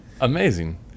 Amazing